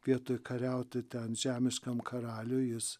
vietoj kariauti ten žemiškam karaliui jis